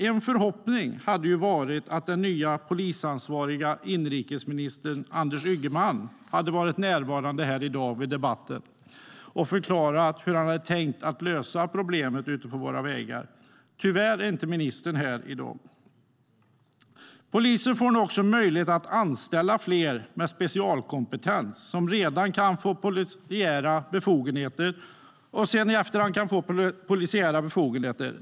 En förhoppning hade varit att den nya, polisansvariga inrikesministern Anders Ygeman hade varit närvarande här i dag i debatten och hade förklarat hur han har tänkt lösa problemet på våra vägar. Men tyvärr är inte ministern här i dag. Polisen får nu också möjlighet att anställa fler med specialkompetens som sedan kan få polisiära befogenheter.